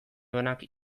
duenak